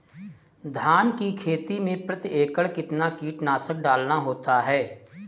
धान की खेती में प्रति एकड़ कितना कीटनाशक डालना होता है?